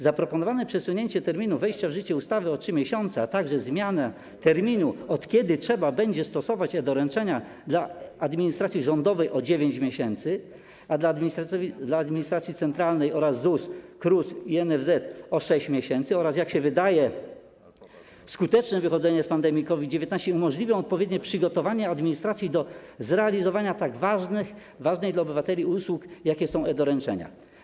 Zaproponowane przesunięcie terminu wejścia w życie ustawy o 3 miesiące, a także zmiana terminu, od kiedy trzeba będzie stosować e-doręczenia, dla administracji rządowej o 9 miesięcy, a dla administracji centralnej oraz ZUS, KRUS i NFZ - o 6 miesięcy oraz, jak się wydaje, skuteczne wychodzenie z pandemii COVID-19 umożliwią odpowiednie przygotowanie administracji do zrealizowania tak ważnych dla obywateli usług, jakimi są e-doręczenia.